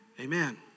Amen